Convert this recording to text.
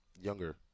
younger